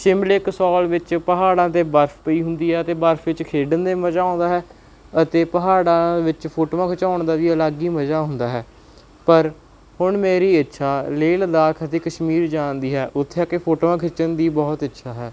ਸ਼ਿਮਲੇ ਕਸੌਲ ਵਿੱਚ ਪਹਾੜਾਂ 'ਤੇ ਬਰਫ ਪਈ ਹੁੰਦੀ ਆ ਅਤੇ ਬਰਫ ਵਿੱਚ ਖੇਡਣ ਦਾ ਮਜ਼ਾ ਆਉਂਦਾ ਹੈ ਅਤੇ ਪਹਾੜਾਂ ਵਿੱਚ ਫੋਟੋਆਂ ਖਿਚਾਉਣ ਦਾ ਵੀ ਅਲੱਗ ਹੀ ਮਜ਼ਾ ਹੁੰਦਾ ਹੈ ਪਰ ਹੁਣ ਮੇਰੀ ਇੱਛਾ ਲੇਹ ਲਦਾਖ ਅਤੇ ਕਸ਼ਮੀਰ ਜਾਣ ਦੀ ਹੈ ਉੱਥੇ ਜਾ ਕੇ ਫੋਟੋਆਂ ਖਿੱਚਣ ਦੀ ਬਹੁਤ ਇੱਛਾ ਹੈ